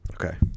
Okay